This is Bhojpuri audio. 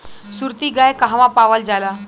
सुरती गाय कहवा पावल जाला?